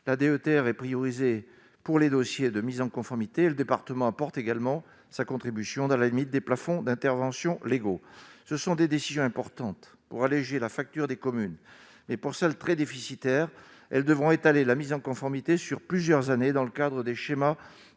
la DETR et prioriser pour les dossiers de mise en conformité le département apporte également sa contribution dans la limite des plafonds d'intervention légaux, ce sont des décisions importantes pour alléger la facture des communes mais pour très déficitaire, elles devront étaler la mise en conformité sur plusieurs années dans le cadre des schémas communaux